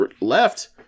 left